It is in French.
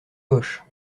poches